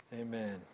Amen